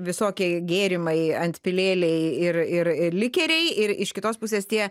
visokie gėrimai antpilėliai ir ir ir likeriai ir iš kitos pusės tie